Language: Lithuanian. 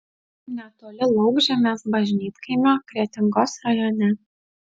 netoli laukžemės bažnytkaimio kretingos rajone